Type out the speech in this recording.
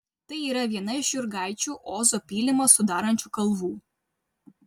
tai yra viena iš jurgaičių ozo pylimą sudarančių kalvų